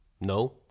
no